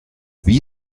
wie